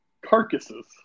carcasses